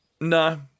No